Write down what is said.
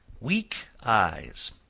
weak eyes.